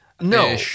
No